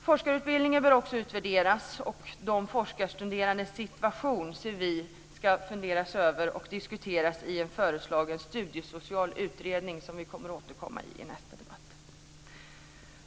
Forskarutbildningen bör också utvärderas, och de forskarstuderandes situation ser vi ska funderas över och diskuteras i en föreslagen studiesocial utredning, som vi återkommer till i nästa avsnitt.